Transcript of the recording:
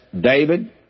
David